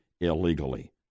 illegally